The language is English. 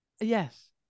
Yes